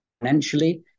financially